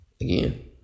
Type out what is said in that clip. again